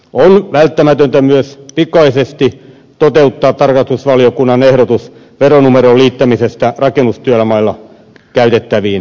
on myös välttämätöntä pikaisesti toteuttaa tarkastusvaliokunnan ehdotus veronumeron liittämisestä rakennustyömailla käytettäviin tunnistekortteihin